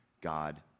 God